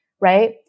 right